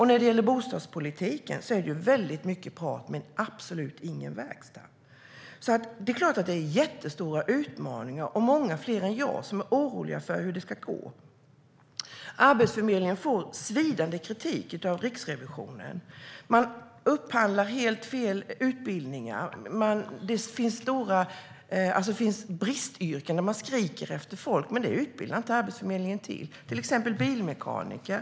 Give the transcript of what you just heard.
När det gäller bostadspolitiken är det mycket prat men absolut ingen verkstad. Det är klart att det finns jättestora utmaningar, och det är många fler än jag som är oroliga för hur det ska gå. Arbetsförmedlingen får svidande kritik av Riksrevisionen. De upphandlar helt fel utbildningar. Det finns bristyrken där man skriker efter folk, men dessa yrken utbildar inte Arbetsförmedlingen till. Det gäller till exempel bilmekaniker.